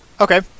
Okay